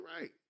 right